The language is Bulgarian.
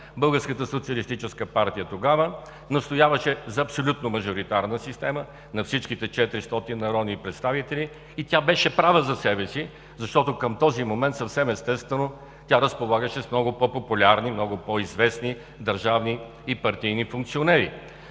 Българската социалистическа партия тогава настояваше за абсолютно мажоритарна система на всичките 400 народни представители. И тя беше права за себе си, защото към този момент, съвсем естествено, тя разполагаше с много по-популярни, много по-известни държавни и партийни функционери.